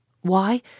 Why